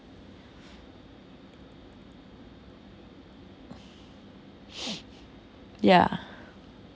yeah